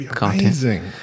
amazing